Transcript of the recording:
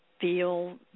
feel